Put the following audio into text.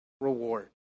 reward